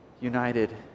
united